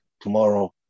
tomorrow